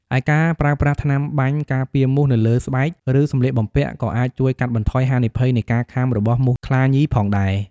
ឯការប្រើប្រាស់ថ្នាំបាញ់ការពារមូសនៅលើស្បែក ឬសម្លៀកបំពាក់ក៏អាចជួយកាត់បន្ថយហានិភ័យនៃការខាំរបស់មូសខ្លាញីផងដែរ។